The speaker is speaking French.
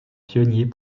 pionnier